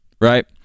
Right